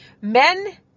Men